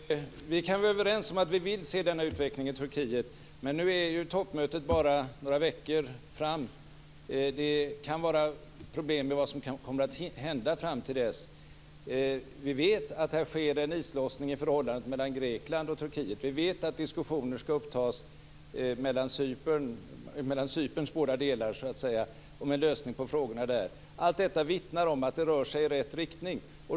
Fru talman! Vi kan vara överens om att vi vill se denna utveckling i Turkiet. Men nu är det bara några veckor till toppmötet. Det kan vara problem med vad som kommer att hända fram till dess. Vi vet att här sker en islossning i förhållandet mellan Grekland och Turkiet. Vi vet att diskussioner ska upptas mellan Cyperns båda delar med sikte på lösning av frågorna där. Allt detta vittnar om att det rör sig i rätt riktning.